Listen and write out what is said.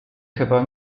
chyba